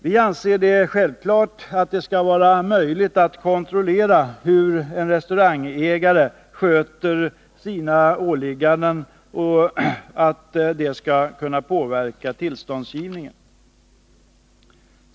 Vi anser det självklart att det skall vara möjligt att kontrollera hur en restaurangägare sköter sina åligganden och att låta detta påverka tillståndsgivningen.